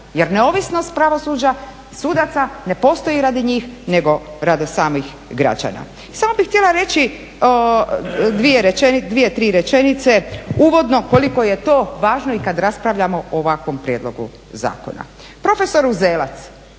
Jer neovisnost pravosuđa, sudaca ne postoji radi njih nego radi samih građana. I samo bih htjela reći dvije, tri rečenice uvodno koliko je to važno i kad raspravljamo o ovakvom prijedlogu zakona. Profesor Uzelac